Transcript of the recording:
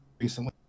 recently